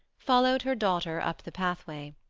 followed her daughter up the pathway.